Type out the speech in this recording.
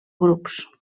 grups